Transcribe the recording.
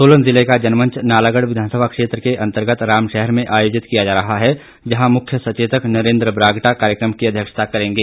सोलन जिले का जनमंच नालागढ़ विधानसभा क्षेत्र के अंतर्गत रामशहर में आयोजित किया जा रहा है जहां मुख्य सचेतक नरेंद्र बरागटा कार्यक्रम की अध्यक्षता करेंगे